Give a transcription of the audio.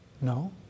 no